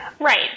Right